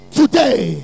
today